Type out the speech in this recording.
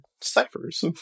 ciphers